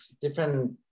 different